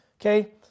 okay